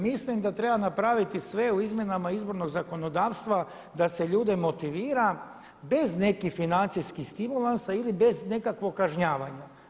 Mislim da treba napraviti sve u izmjenama izbornog zakonodavstva da se ljude motivira bez nekih financijskih stimulansa ili bez nekakvog kažnjavanja.